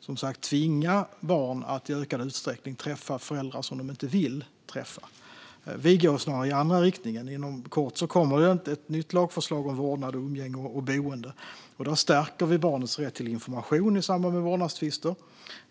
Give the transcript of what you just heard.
som sagt, tvinga barn att i ökad utsträckning träffa föräldrar som de inte vill träffa. Vi går snarare i andra riktningen. Inom kort kommer ett nytt lagförslag om vårdnad, umgänge och boende. Där stärker vi barnets rätt till information i samband med vårdnadstvister.